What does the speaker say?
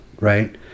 right